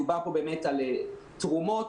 מדובר על תרומות,